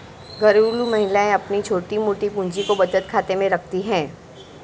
घरेलू महिलाएं अपनी छोटी मोटी पूंजी को बचत खाते में रखती है